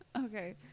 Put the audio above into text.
Okay